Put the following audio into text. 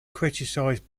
criticised